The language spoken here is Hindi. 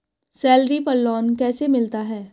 सैलरी पर लोन कैसे मिलता है?